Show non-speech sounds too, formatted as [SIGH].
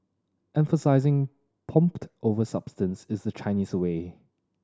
emphasising [UNINTELLIGIBLE] over substance is the Chinese way